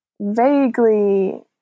vaguely